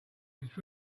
which